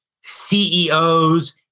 CEOs